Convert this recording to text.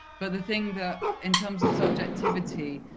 but the thing that, in terms of subjectivity,